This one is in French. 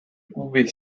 uwe